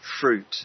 fruit